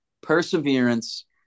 Perseverance